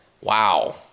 Wow